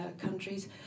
countries